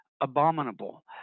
abominable